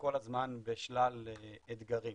כל הזמן בשלל אתגרים.